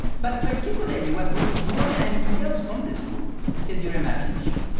but, particularly, what we need more than anything else from this group is your imagination